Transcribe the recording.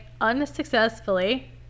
unsuccessfully